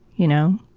you know?